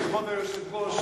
לכבוד היושב-ראש,